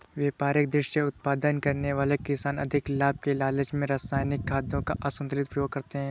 व्यापारिक दृष्टि से उत्पादन करने वाले किसान अधिक लाभ के लालच में रसायनिक खादों का असन्तुलित प्रयोग करते हैं